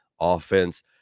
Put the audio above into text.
Offense